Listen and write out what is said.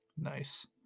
Nice